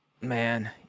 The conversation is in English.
Man